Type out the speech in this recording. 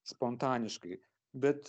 spontaniškai bet